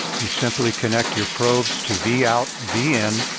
you simply connect your probes to v out, v in.